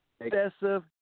excessive